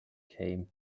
came